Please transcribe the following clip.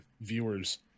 viewers